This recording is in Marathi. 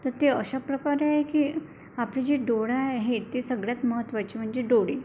तर ते अशा प्रकारे आहे की आपली जे डोळा आहे ते सगळ्यात महत्त्वाची म्हणजे डोळे